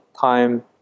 time